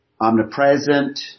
omnipresent